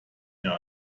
mehr